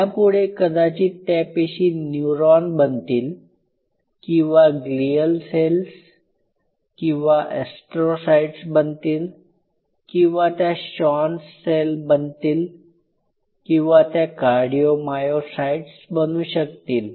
यापुढे कदाचित त्या पेशी न्यूरॉन बनतील किंवा ग्लीअल सेल्स किंवा एस्ट्रोसाईट्स बनतील किंवा त्या शॉन सेल्स बनतील किंवा त्या कार्डिओ मायोसाइट्स बनू शकतील